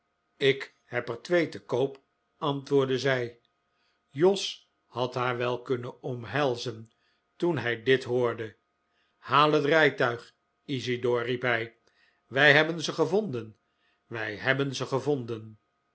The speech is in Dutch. ik heb er twee te koop antwoordde zij jos had haar wel kunnen omhelzen toen hij dit hoorde haal het rijtuig isidor riep hij wij hebben ze gevonden wij hebben ze gevonden